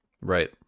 Right